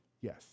Yes